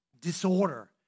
disorder